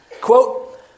Quote